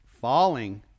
falling